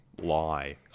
lie